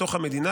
מתוך המדינה,